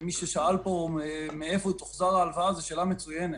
ומי ששאל פה מאיפה תוחזר ההלוואה, זו שאלה מצוינת,